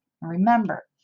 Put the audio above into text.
Remember